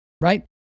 Right